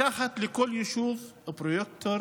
לקחת לכל יישוב פרויקטור